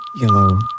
yellow